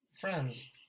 friends